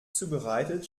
zubereitet